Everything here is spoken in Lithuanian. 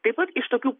taip pat iš tokių